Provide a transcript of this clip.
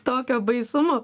tokio baisumo